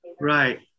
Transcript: right